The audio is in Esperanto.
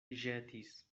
ĵetis